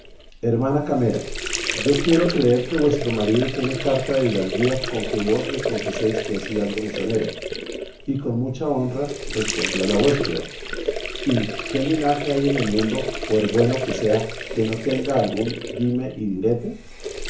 hermana camera yo quiero creer que vuestro marido tiene carta de hidalguía con que vos me confeséis que es hidalgo mesonero y con mucha honra respondió la huéspeda y qué linaje hay en el mundo por bueno que sea que no tenga algún dime y direte